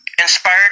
inspired